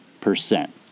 percent